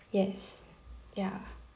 yes ya